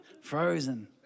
Frozen